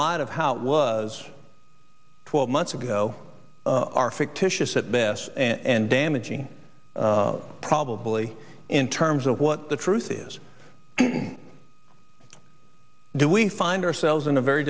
light of how it was twelve months ago are fictitious at best and damaging probably in terms of what the truth is do we find ourselves in a very